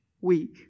weak